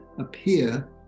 appear